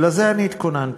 ולזה אני התכוננתי.